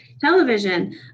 television